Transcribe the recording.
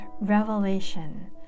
revelation